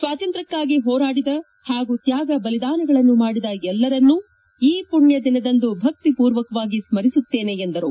ಸ್ವಾತಂತ್ರ್ಕಕ್ಕಾಗಿ ಹೋರಾಡಿದ ಹಾಗೂ ತ್ಯಾಗ ಬಲಿದಾನಗಳನ್ನು ಮಾಡಿದ ಎಲ್ಲರನ್ನು ಈ ಪುಣ್ಯ ದಿನದಂದು ಭಕ್ತಿ ಪೂರ್ವಕವಾಗಿ ಸ್ಕರಿಸುತ್ತೇನೆ ಎಂದರು